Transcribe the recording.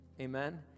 amen